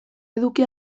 eduki